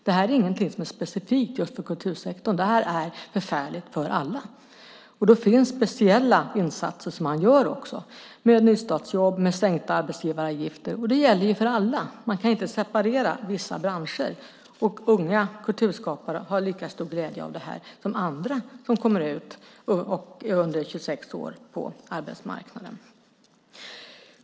Det är ingenting som är specifikt just för kultursektorn. Det är förfärligt för alla. Det finns speciella insatser, som man också gör, med nystartsjobb och med sänkta arbetsgivaravgifter. Det gäller för alla. Man kan inte separera vissa branscher. Unga kulturskapare har lika stor glädje av det som andra som kommer ut på arbetsmarknaden och är under 26 år.